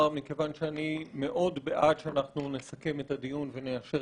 אני לא מתכוון להצביע